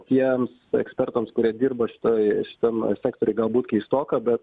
tiems ekspertams kurie dirba šitoj šitam sektoriuj galbūt keistoka bet